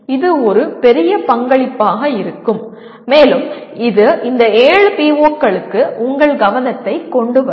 இது ஒரு பெரிய பங்களிப்பாக இருக்கும் மேலும் இது இந்த 7 PO களுக்கு உங்கள் கவனத்தை கொண்டு வரும்